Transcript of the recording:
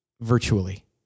virtually